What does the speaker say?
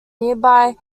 nearby